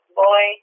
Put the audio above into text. boy